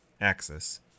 axis